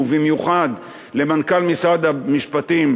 ובמיוחד למנכ"ל משרד המשפטים,